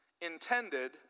intended